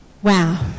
Wow